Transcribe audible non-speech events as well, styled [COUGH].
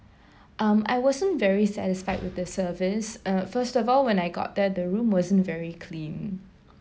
[BREATH] um I wasn't very satisfied with the service uh first of all when I got there the room wasn't very clean